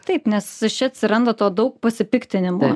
taip nes čia atsiranda to daug pasipiktinimo